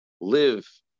Live